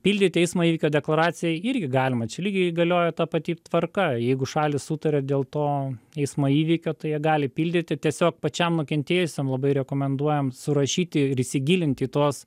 pildyti eismo įvykio deklaraciją irgi galima čia lygiai galioja ta pati tvarka jeigu šalys sutaria dėl to eismo įvykio tai jie gali pildyti tiesiog pačiam nukentėjusiam labai rekomenduojam surašyti ir įsigilinti į tuos